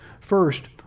First